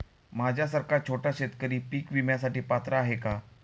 माझ्यासारखा छोटा शेतकरी पीक विम्यासाठी पात्र आहे का?